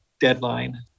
deadline